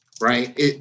right